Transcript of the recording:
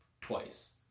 twice